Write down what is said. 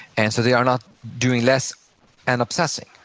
and so they are not doing less and obsessing,